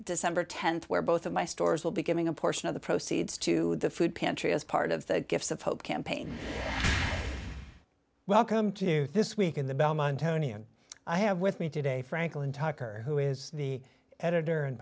december th where both of my stores will be giving a portion of the proceeds to the food pantry as part of the gifts of hope campaign welcome to this week in the belmont county and i have with me today for michael in tucker who is the editor and